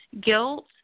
guilt